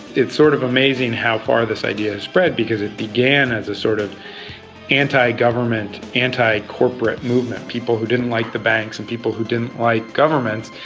it's sort of amazing how far this idea has spread because it began as a sort of anti-government, anti-corporate movement, people who didn't like the banks and people who didn't like governments.